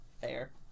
Fair